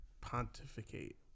pontificate